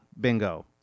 Bingo